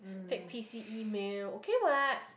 fake P_C email okay what